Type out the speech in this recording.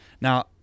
Now